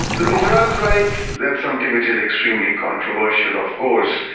the gujarat riots, that's something that is extremely controversial of course,